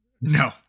No